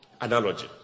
analogy